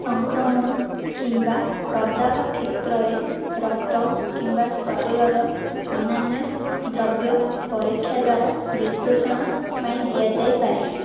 ସଂକ୍ରମଣ କିମ୍ବା ପ୍ରଦାହ କ୍ଷେତ୍ରରେ ରକ୍ତ କିମ୍ବା ଶରୀରର ଅନ୍ୟାନ୍ୟ ଦ୍ରବ୍ୟ ପରୀକ୍ଷାଗାର ବିଶ୍ଳେଷଣ ପାଇଁ ଦିଆଯାଇପାରେ